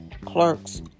clerk's